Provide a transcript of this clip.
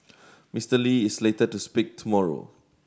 Mister Lee is slated to speak tomorrow